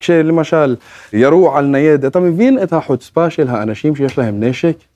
‫כשלמשל ירו על ניידת, אתה מבין ‫את החוצפה של האנשים שיש להם נשק?